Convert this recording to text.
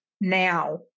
Now